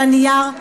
על הנייר,